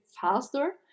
faster